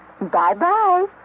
Bye-bye